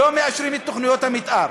לא מאשרים את תוכניות המתאר,